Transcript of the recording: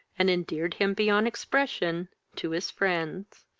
and endeared him beyond expression to his friends.